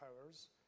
powers